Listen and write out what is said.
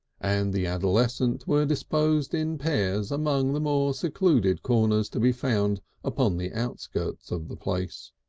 and the adolescent were disposed in pairs among the more secluded corners to be found upon the outskirts of the place.